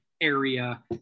area